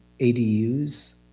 ADUs